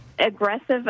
aggressive